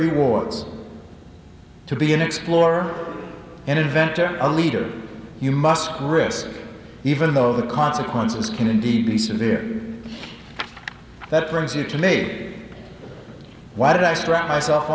rewards to be an explorer and inventor a leader you must risk even though the consequences can indeed be severe that brings you to mate why did i strap myself